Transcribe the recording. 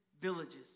villages